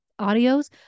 audios